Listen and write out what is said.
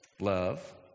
love